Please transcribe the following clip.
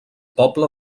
poble